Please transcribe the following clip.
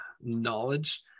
knowledge